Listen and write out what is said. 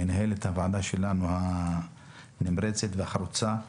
מנהלת הוועדה הנמרצת והחרוצה שלנו,